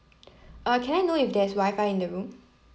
uh can I know if there's wifi in the room